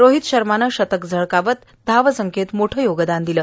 रोहित शर्मानं शतक झळकावत धाव संख्येत मोठं योगदान दिलं